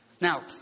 Now